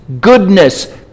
goodness